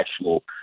actual